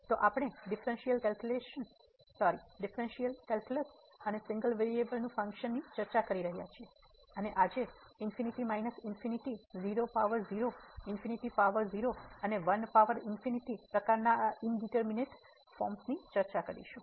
તો આપણે differential calculus અને સીંગલ વેરિએબલ ના ફંક્શન ની ચર્ચા કરી રહ્યા છીએ અને આજે infinity minus infinity 0 power 0 infinity power 0 અને 1 પાવર ઈન્ફીનીટી પ્રકારનાં આ ઇનડીટરમીનેટ ફોર્મ્સ ની ચર્ચા કરીશું